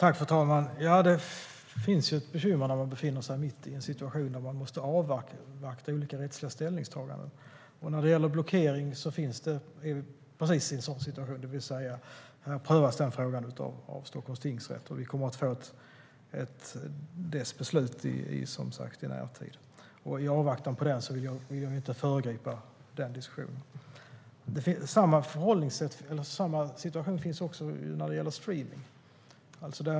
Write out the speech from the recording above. Fru talman! Det är bekymmersamt när man befinner sig mitt i en situation där man måste avvakta olika rättsliga ställningstaganden. I fråga om blockering är det precis en sådan situation. Frågan prövas av Stockholms tingsrätt. Vi kommer som sagt att få dess beslut i närtid. I avvaktan på det vill jag inte föregripa diskussionen. Samma situation finns också när det gäller streamning.